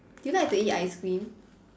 do you like to eat ice cream